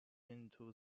into